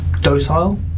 docile